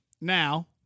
Now